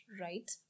right